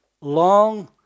long